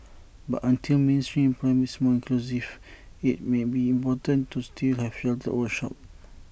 but until mainstream employment is more inclusive IT may be important to still have sheltered workshops